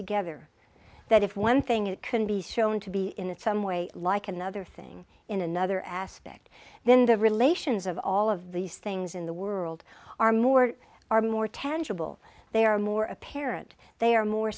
together that if one thing it can be shown to be in it some way like another thing in another aspect then the relations of all of these things in the world are more are more tangible they are more apparent they are more